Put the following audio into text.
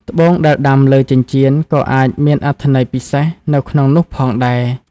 ត្បូងដែលដាំលើចិញ្ចៀនក៏អាចមានអត្ថន័យពិសេសនៅក្នុងនោះផងដែរ។